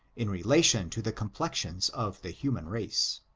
in relation to the complexions of the human race.